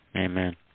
Amen